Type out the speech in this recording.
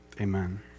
Amen